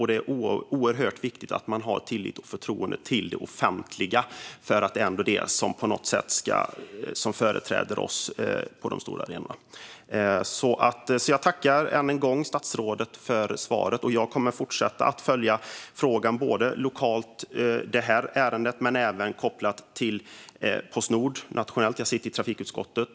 Det är oerhört viktigt att man har tillit till och förtroende för det offentliga, för det är ändå det som på något sätt företräder oss på de stora arenorna. Jag tackar än en gång statsrådet för svaret. Jag kommer att fortsätta att följa frågan, både det lokala ärendet och Postnord nationellt. Jag sitter i trafikutskottet.